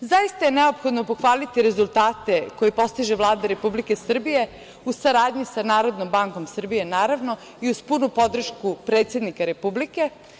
Zaista je neophodno pohvaliti rezultate koje postiže Vlada Republike Srbije u saradnji sa NBS i uz punu podršku predsednika Republike.